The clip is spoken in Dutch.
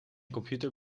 computer